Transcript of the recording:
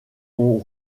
ont